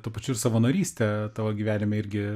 tuo pačiu ir savanorystė tavo gyvenime irgi